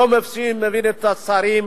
לא מבין את השרים,